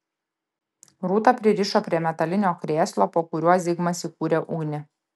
rūtą pririšo prie metalinio krėslo po kuriuo zigmas įkūrė ugnį